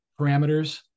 parameters